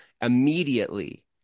immediately